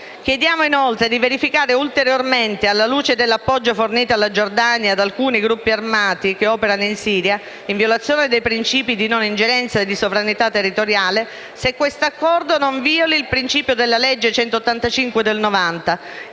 Chiediamo inoltre di verificare ulteriormente, alla luce dell'appoggio fornito dalla Giordania ad alcuni gruppi armati che operano in Siria, in violazione dei principi di non ingerenza di sovranità territoriale, se questo accordo non violi il principio contenuto nella legge n. 185 del 9